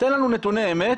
תן לנו נתוני אמת,